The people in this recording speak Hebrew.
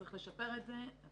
צריך לשפר את זה.